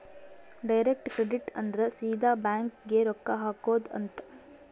direct credit ಅಂದ್ರ ಸೀದಾ bank ಗೇ ರೊಕ್ಕ ಹಾಕೊಧ್ ಅಂತ